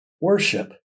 worship